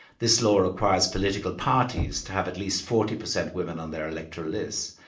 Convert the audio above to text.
this law requires political parties to have at least forty percent women on their electoral list,